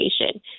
education